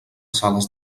sales